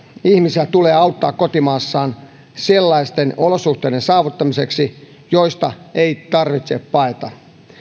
ihmisiä tulee auttaa kotimaassaan sellaisten olosuhteiden saavuttamiseksi joista ei tarvitse paeta